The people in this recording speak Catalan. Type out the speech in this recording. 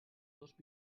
dos